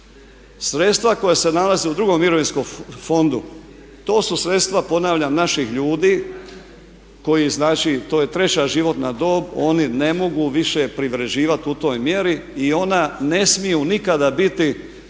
Sredstva koja se nalaze u drugom mirovinskom fondu, to su sredstva ponavljam naših ljudi koji znače, to je treća životna dob, oni ne mogu više privređivati u toj mjeri i ona ne smiju nikada biti